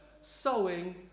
sowing